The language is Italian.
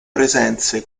presenze